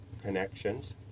connections